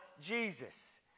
Jesus